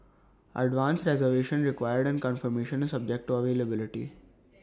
advance reservation required and confirmation is subject to availability